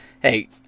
Hey